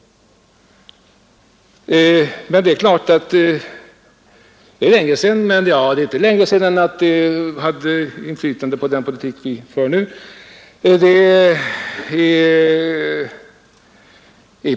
Det är visserligen länge sedan, men inte längre sedan än att det har sammanhang med den politik vi för nu.